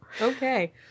okay